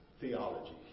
theology